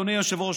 אדוני היושב-ראש,